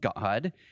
God